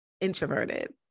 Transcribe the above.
introverted